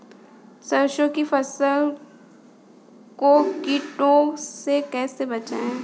सरसों की फसल को कीड़ों से कैसे बचाएँ?